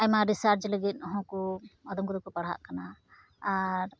ᱟᱭᱢᱟ ᱨᱤᱥᱟᱨᱪ ᱞᱟᱹᱜᱤᱫ ᱦᱚᱸ ᱠᱚ ᱟᱫᱚᱢ ᱠᱚᱫᱚ ᱠᱚ ᱯᱟᱲᱦᱟᱜ ᱠᱟᱱᱟ ᱟᱨ